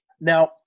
Now